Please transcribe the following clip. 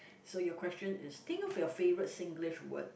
so your question is think of your favourite Singlish word